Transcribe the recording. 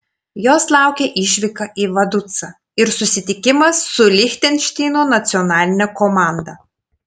jos laukia išvyka į vaducą ir susitikimas su lichtenšteino nacionaline komanda